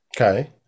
Okay